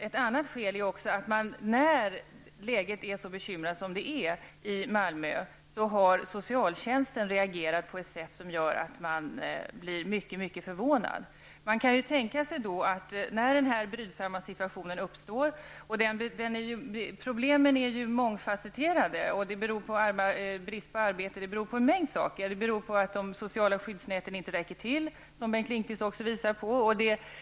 Ett annat skäl är att när läget är så bekymmersamt som det är i Malmö har socialtjänsten reagerat på ett sätt som gör att man blir mycket förvånad. När den här brydsamma situationen uppstår -- problemen är ju mångfasetterade -- beror det på brist på arbete, på att de sociala skyddsnäten inte räcker till, som Bengt Lindqvist också visar på, och en mängd saker.